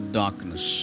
darkness